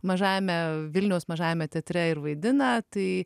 mažajame vilniaus mažajame teatre ir vaidina tai